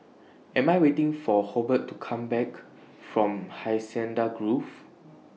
and I Am waiting For Hobart to Come Back from Hacienda Grove